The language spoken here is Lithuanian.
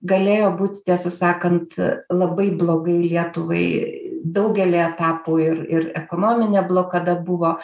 galėjo būti tiesą sakant labai blogai lietuvai daugelyje etapų ir ir ekonominė blokada buvo